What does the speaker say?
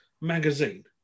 magazine